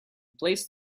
placed